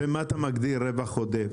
במה אתה מגדיר רווח עודף?